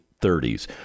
30s